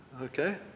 Okay